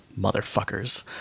motherfuckers